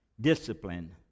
discipline